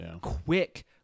quick